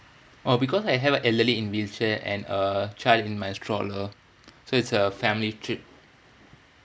oh because I have a elderly in wheelchair and a child in my stroller so it's a family trip